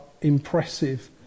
impressive